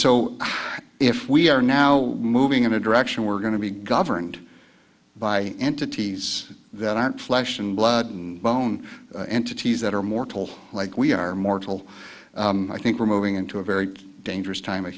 so if we are now moving in a direction we're going to be governed by entities that aren't flesh and blood and bone entities that are mortal like we are mortal i think we're moving into a very dangerous time of